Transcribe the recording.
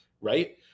right